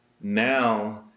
now